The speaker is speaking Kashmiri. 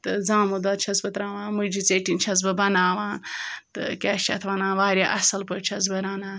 تہٕ زامُت دۄد چھٮ۪س بہٕ ترٛاوان مُجہِ ژیٚٹِنۍ چھٮ۪س بہٕ بَناوان تہٕ کیٛاہ چھِ اَتھ وَنان واریاہ اَصٕل پٲٹھۍ چھٮ۪س بہٕ رَنان